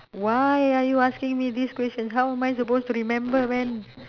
why are you asking me this question how am I suppose to remember man